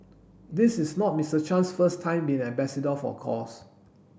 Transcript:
this is not Mister Chan's first time being an ambassador for a cause